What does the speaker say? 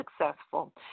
successful